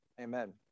amen